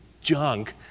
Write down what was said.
junk